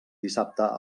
dissabte